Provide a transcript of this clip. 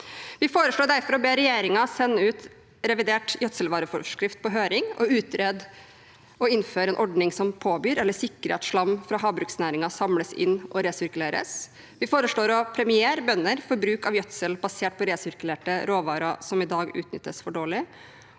Vi foreslår derfor å be regjeringen sende ut revidert gjødselvareforskrift på høring, og å utrede og innføre en ordning som påbyr eller sikrer at slam fra havbruksnæringen samles inn og resirkuleres. Vi foreslår å premiere bønder for bruk av gjødsel basert på resirkulerte råvarer, som i dag utnyttes for dårlig,